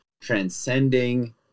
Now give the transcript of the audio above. transcending